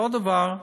אותו דבר,